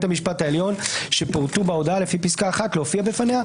המשפט העליון שפורטו בהודעה לפי פסקה (1) להופיע בפניה.